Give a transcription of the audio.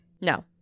No